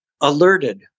alerted